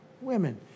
Women